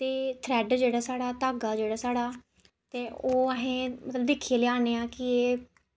ते थ्रैड जेह्ड़ा ऐ साढ़ा जेह्ड़ा धागा साढ़ा ओह् अहें जेह्ड़ा मतलब अस दिक्खियै लेआन्ने आं ते